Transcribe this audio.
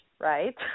Right